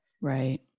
Right